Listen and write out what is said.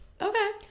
Okay